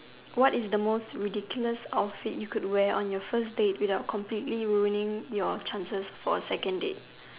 what is the most ridiculous outfit you could wear on your first date without completely ruining your chances for a second date